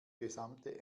gesamte